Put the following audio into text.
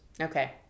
okay